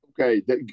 Okay